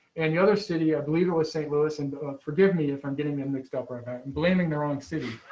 and the other city, i believe it was st. louis and forgive me if i'm getting them mixed up or i mean and blaming their own city.